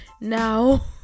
now